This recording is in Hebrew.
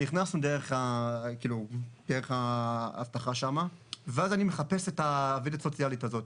נכנסנו דרך האבטחה שם ואז אני מחפש את העובדת הסוציאלית הזאת,